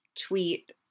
tweet